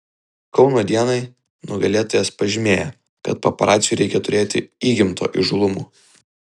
kauno dienai nugalėtojas pažymėjo kad paparaciui reikia turėti įgimto įžūlumo